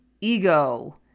ego